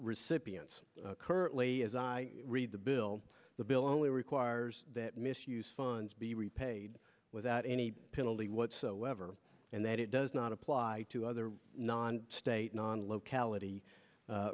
recipients currently as i read the bill the bill only requires that misuse funds be repaid without any penalty whatsoever and that it does not apply to other non state non locality